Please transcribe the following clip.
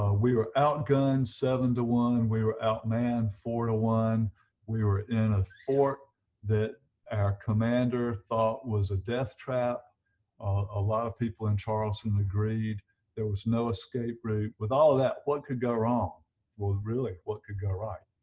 ah we were outgunned seven to one we were out man four to one we were in a fort that our commander thought was a death trap a lot of people in charleston agreed there was no escape route with all of that what could go wrong well really what could go right